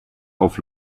auf